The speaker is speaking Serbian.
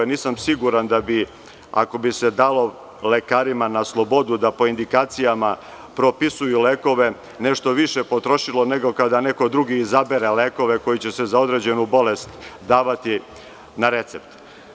Nisam siguran, ako bi se dalo lekarima na slobodu da po indikacijama propisuju lekove, da bi se nešto više potrošilo, nego kada neko drugi izabere lekove koji će se za određenu bolest davati na recept.